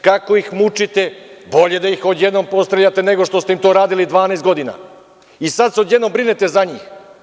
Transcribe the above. Kako ih mučite, bolje da ih odjednom postreljate, nego što ste im to radili 12 godine i sada se odjednom brinete za njih.